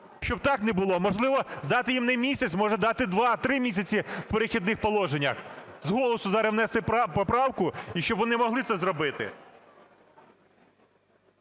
Щоб так не було. Можливо, дати їм не місяць, може дати 2, 3 місяці в "Перехідних положеннях"? З голосу зараз внести поправку, і щоб вони могли це зробити.